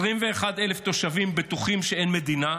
21,000 תושבים בטוחים שאין מדינה,